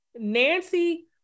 Nancy